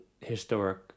historic